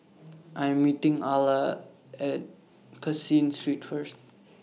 I Am meeting Alla At Caseen Street First